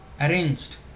arranged